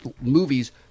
movies